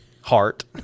Heart